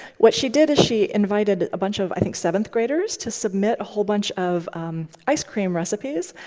what she did is she invited a bunch of, i think, seventh graders to submit a whole bunch of ice cream recipes.